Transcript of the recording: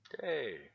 hey